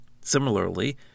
Similarly